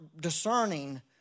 discerning